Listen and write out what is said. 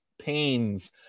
pains